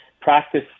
Practice